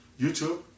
YouTube